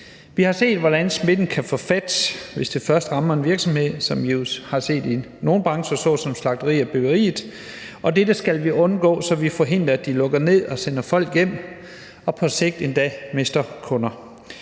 Vi har set, hvordan smitten kan få fat, hvis den først rammer en virksomhed, som vi jo har set det i nogle brancher, f.eks. slagterier og byggeri. Og dette skal vi undgå, så vi forhindrer, at de lukker ned og sender folk hjem og på sigt endda mister kunder.